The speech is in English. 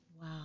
Wow